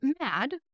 mad